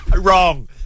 Wrong